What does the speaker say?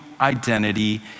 identity